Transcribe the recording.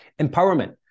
Empowerment